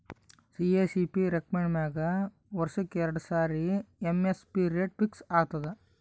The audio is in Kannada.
ಸಿ.ಎ.ಸಿ.ಪಿ ರೆಕಮೆಂಡ್ ಮ್ಯಾಗ್ ವರ್ಷಕ್ಕ್ ಎರಡು ಸಾರಿ ಎಮ್.ಎಸ್.ಪಿ ರೇಟ್ ಫಿಕ್ಸ್ ಆತದ್